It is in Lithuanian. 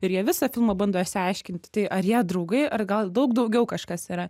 ir jie visą filmą bando išsiaiškinti tai ar jie draugai ar gal daug daugiau kažkas yra